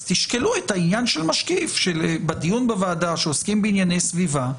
אז תשקלו את העניין של משקיף בדיון בוועדה כשעוסקים בענייני סביבה.